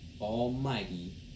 almighty